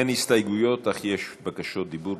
אין הסתייגויות, אך יש בקשות דיבור.